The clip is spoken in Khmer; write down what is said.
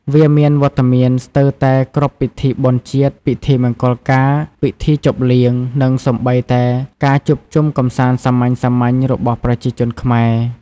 វាមានវត្តមានស្ទើរតែគ្រប់ពិធីបុណ្យជាតិ ពិធីមង្គលការ ពិធីជប់លៀង និងសូម្បីតែការជួបជុំកម្សាន្តសាមញ្ញៗរបស់ប្រជាជនខ្មែរ។